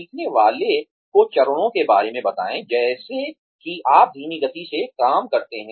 सीखने वाले को चरणों के बारे में बताएं जैसे कि आप धीमी गति से काम करते हैं